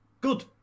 good